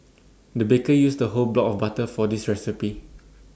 the baker used the whole block of butter for this recipe